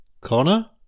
Connor